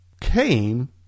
came